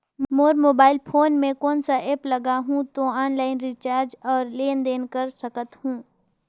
मोर mobile phone मे कोन सा एप्प लगा हूं तो ऑनलाइन रिचार्ज और लेन देन कर सकत हू?